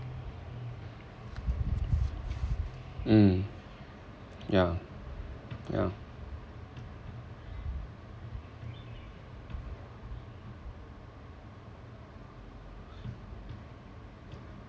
mm yeah yeah